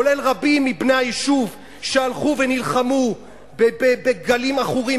כולל רבים מבני היישוב שהלכו ונלחמו בגלים עכורים,